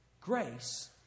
grace